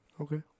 Okay